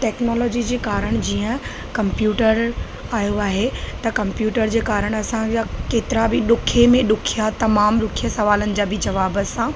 technology जे कारणि जीअं कंप्यूटर आयो आहे त कंप्यूटर जे कारणि असां जा केतिरा बि ॾुखे में ॾुखिया तमामु ॾुखे सुवालनि जा बि जवाब असां